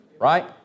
right